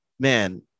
Man